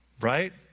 right